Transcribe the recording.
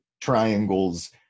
triangles